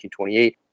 1928